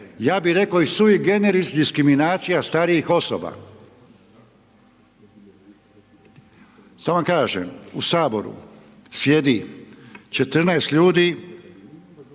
ja bih rekao i sui generis diskriminacija starijih osoba. Sad vam kažem u Saboru sjedi 14 ljudi